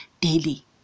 daily